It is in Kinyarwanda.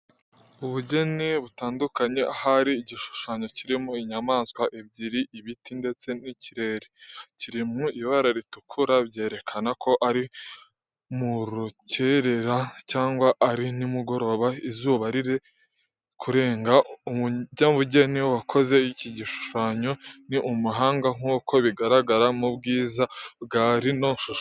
Ubugeni butandukanye, ahari igishushanyo kirimo inyamaswa ebyeri, ibiti ndetse n'ikirere, kiri mu ibara ritukura byerekana ko ari mu rukerera cyangwa ari nimugoroba izuba riri kurenga. Umunyabugeni wakoze iki gishushanyo ni umuhanga nk'uko bigaragarira mu bwiza bwa rino shusho.